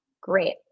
Great